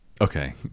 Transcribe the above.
Okay